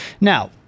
Now